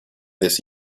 this